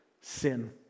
sin